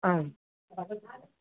आम्